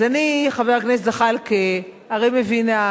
אז אני, חבר הכנסת זחאלקה, הרי מבינה,